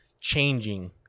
changing